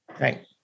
Right